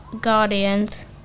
guardians